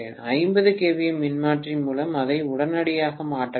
50 kVA மின்மாற்றி மூலம் அதை உடனடியாக மாற்ற வேண்டும்